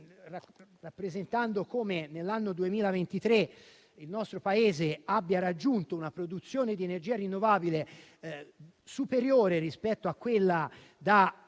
rappresentando come nel 2023 il nostro Paese abbia raggiunto una produzione di energia rinnovabile superiore a quella da